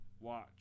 watch